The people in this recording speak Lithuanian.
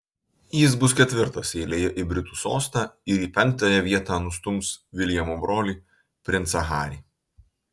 jis bus ketvirtas eilėje į britų sostą ir į penktąją vietą nustums viljamo brolį princą harį